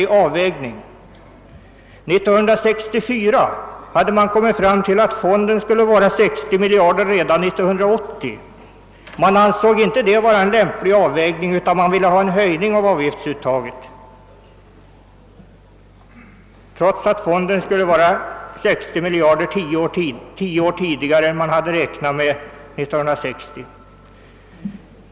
År 1964 hade man kommit fram till att fonden skulle uppgå till 60 miljarder redan år 1980. Men man ansåg inte att det var en lämpligt avvägd storlek utan ville ha en höjning av avgiftsuttaget, trots att fonden skulle vara 60 miljarder tio år tidigare än man hade räknat med år 1960.